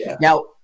now